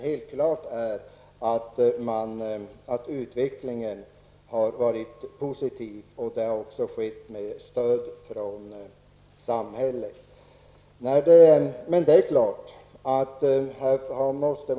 Helt klart är dock att utvecklingen, som har skett med stöd från samhället, har varit positiv.